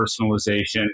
personalization